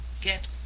get